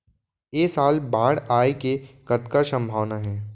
ऐ साल बाढ़ आय के कतका संभावना हे?